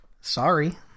Sorry